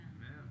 Amen